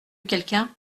quelqu’un